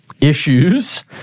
issues